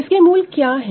इसके रूट क्या है